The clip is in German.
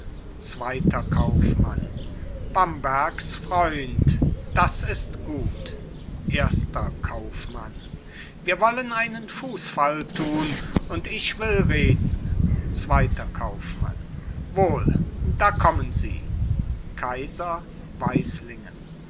zweiter kaufmann bambergs freund das ist gut erster kaufmann wir wollen einen fußfall tun und ich will reden zweiter kaufmann wohl da kommen sie